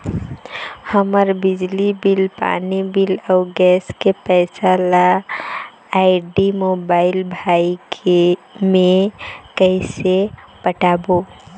हमर बिजली बिल, पानी बिल, अऊ गैस के पैसा ला आईडी, मोबाइल, भाई मे कइसे पटाबो?